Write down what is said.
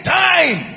time